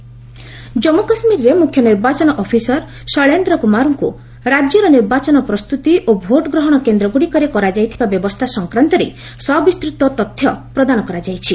JK CEO Jammu କାଶ୍ମୀରରେ ମୁଖ୍ୟ ନିର୍ବାଚନ ଅଫିସର ଶୈଳେନ୍ଦ୍ର କୁମାରଙ୍କୁ ରାଜ୍ୟର ନିର୍ବାଚନ ପ୍ରସ୍ତୁତି ଓ ଭୋଟଗ୍ରହଣ କେନ୍ଦ୍ରଗୁଡ଼ିକରେ କରାଯାଇଥିବା ବ୍ୟବସ୍ଥା ସଂକ୍ରାନ୍ତରେ ସବିସ୍ତୃତ ତଥ୍ୟ ପ୍ରଦାନ କରାଯାଇଛି